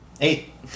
Eight